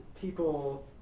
people